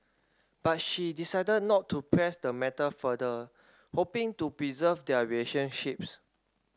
but she decided not to press the matter further hoping to preserve their relationships